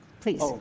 please